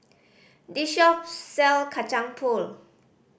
this shop sell Kacang Pool